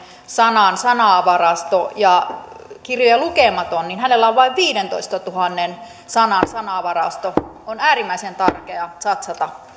sanan sanavarasto ja kirjoja lukemattomalla vain viidentoistatuhannen sanan sanavarasto on äärimmäisen tärkeää satsata